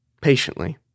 Patiently